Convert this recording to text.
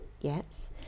yes